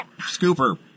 Scooper